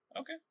Okay